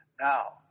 Now